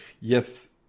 Yes